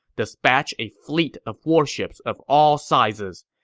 dispatch a fleet of warships of all sizes.